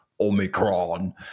Omicron